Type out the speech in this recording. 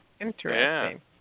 Interesting